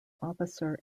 officer